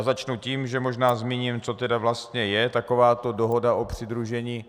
Začnu tím, že možná zmíním, co tedy vlastně je takováto dohoda o přidružení.